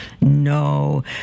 No